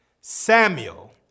Samuel